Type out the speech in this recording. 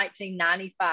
1995